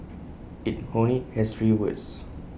IT only has three words